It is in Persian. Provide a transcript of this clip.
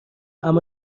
اما